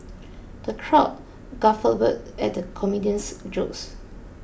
the crowd guffawed at the comedian's jokes